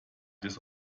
des